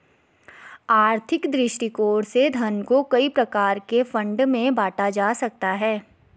आर्थिक दृष्टिकोण से धन को कई प्रकार के फंड में बांटा जा सकता है